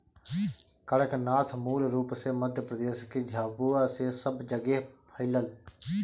कड़कनाथ मूल रूप से मध्यप्रदेश के झाबुआ से सब जगेह फईलल